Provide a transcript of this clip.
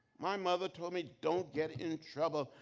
my mother told me don't get in trouble,